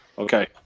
Okay